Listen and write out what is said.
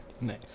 Nice